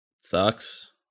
sucks